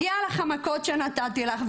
הגיע לך המכות שנתתי לך",